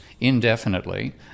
indefinitely